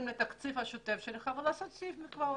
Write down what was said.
לתקציב השוטף שלך ולעשות סעיף מקוואות.